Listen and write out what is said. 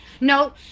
No